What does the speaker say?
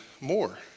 more